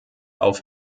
auf